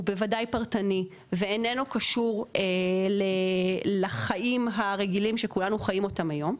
הוא בוודאי פרטני ואיננו קשור לחיים הרגילים שכולנו חיים אותם היום,